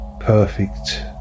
Perfect